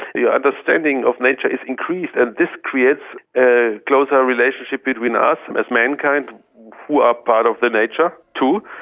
the understanding of nature is increased, and this creates a closer relationship between us um as mankind who are part of the nature too,